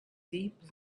deep